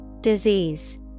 Disease